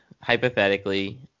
hypothetically